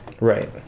Right